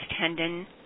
tendon